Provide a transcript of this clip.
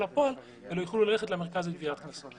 בדיוק, לכל סוגי החובות.